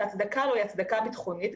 שההצדקה לו היא הצדקה ביטחונית,